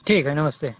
ठीक है नमस्ते